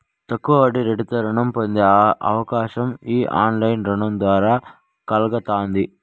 తక్కువ వడ్డీరేటుతో రుణం పొందే అవకాశం ఈ ఆన్లైన్ రుణం ద్వారా కల్గతాంది